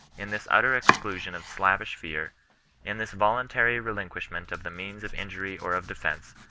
in this utter exclusion of slavish fear in this voluntary relinquishment of the means of injury or of defence,